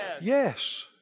Yes